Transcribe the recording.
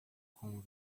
com